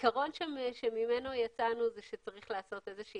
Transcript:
שהעיקרון ממנו יצאנו הוא שצריך לעשות איזושהי